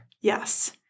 Yes